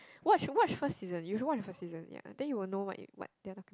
watch watch first season you should watch first season ya then you will know what what they are talking